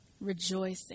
rejoicing